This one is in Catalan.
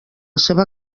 seva